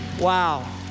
Wow